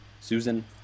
Susan